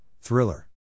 Thriller